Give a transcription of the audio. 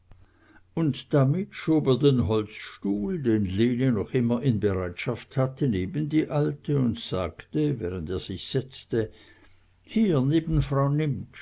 und damit schob er den holzstuhl den lene noch immer in bereitschaft hatte neben die alte und sagte während er sich setzte hier neben frau